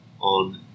on